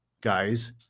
guys